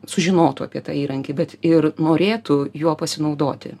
sužinotų apie tą įrankį bet ir norėtų juo pasinaudoti